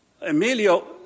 Emilio